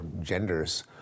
genders